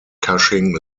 cushing